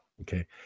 Okay